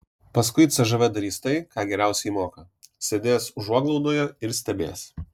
paskui cžv darys tai ką geriausiai moka sėdės užuoglaudoje ir stebės